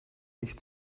nicht